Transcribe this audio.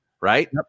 right